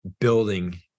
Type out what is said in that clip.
building